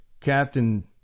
captain